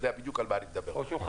יודע בדיוק על מה אני מדבר אין לי מקום,